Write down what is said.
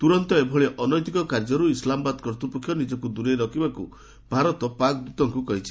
ତୁରନ୍ତ ଏଭଳି ଅନୈତିକ କାର୍ଯ୍ୟରୁ ଇସ୍ଲାମାବାଦ କର୍ତ୍ତୂପକ୍ଷ ନିଙ୍କକୁ ଦୂରେଇ ରଖିବାକୁ ଭାରତ ପାକ୍ ଦୂତଙ୍କୁ କହିଛି